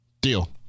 Deal